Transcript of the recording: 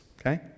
okay